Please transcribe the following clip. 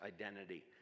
identity